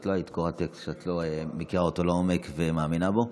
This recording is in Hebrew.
לא היית מקריאה טקסט שאת לא מכירה לעומק ומאמינה בו.